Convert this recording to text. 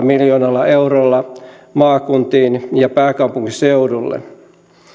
miljoonalla eurolla maakuntiin ja pääkaupunkiseudulle